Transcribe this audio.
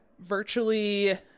virtually